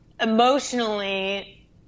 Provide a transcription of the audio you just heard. emotionally